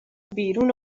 بیرون